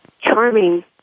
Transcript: charming